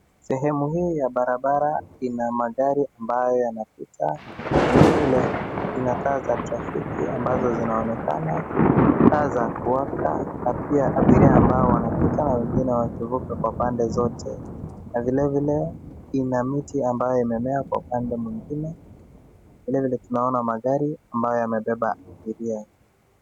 Sehemu hii ya barabara ina magari ambayo yanapita. Vile vile, kuna taa za trafiki ambazo zinaonekana, taa za kuwaka na pia abiria ambao wanapita na wengine wakivuka kwa pande zote na vile vile, ina miti ambayo imemea kwa upande mwingine. Vile vile, tunaona magari ambayo yamebeba abiria.